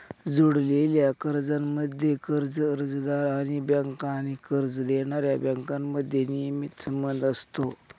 जोडलेल्या कर्जांमध्ये, कर्ज अर्जदार आणि बँका आणि कर्ज देणाऱ्या बँकांमध्ये नियमित संबंध असतो